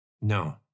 no